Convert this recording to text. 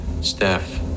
Steph